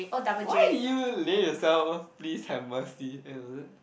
why did you lay yourself please have mercy eh is it